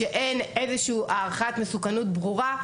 שאין איזשהו הערכת מסוכנות ברורה.